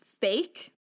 fake